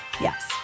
Yes